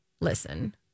listen